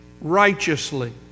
righteously